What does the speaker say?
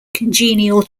congenial